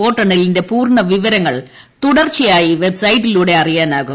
വോട്ടെണ്ണലിന്റെ പൂർണവിവരങ്ങൾ തുടർച്ചയായി വെബ്സൈറ്റിലൂടെ അറിയാനാവും